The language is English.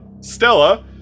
stella